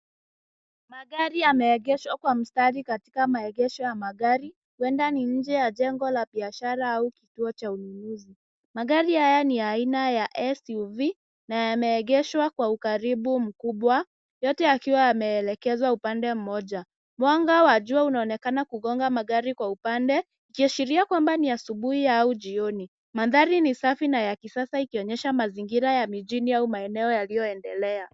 Magari yameegeshwa kwa mstari katika maegesho ya magari huenda ni nje ya jengo la biashara au kituo cha ununuzi. Magari haya ni ya aina ya SUV na yameegeshwa kwa ukaribu mkubwa yote yakiwa yameelekezwa upande mmoja. Mwanga wa jua unaonekana kugonga magari kwa upande ikiashiria kwamba ni asubuhi au jioni. Mandhari ni safi na ya kisasa ikionyesha mazingira ya mijini au maeneo yaliyoendelea.